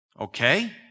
Okay